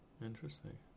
Interesting